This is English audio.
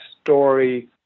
story